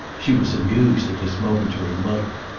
she was amused at his momentary muddle.